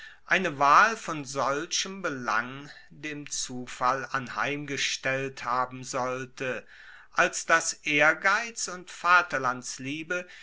eine wahl von solchem belang dem zufall anheimgestellt haben sollte als dass ehrgeiz und vaterlandsliebe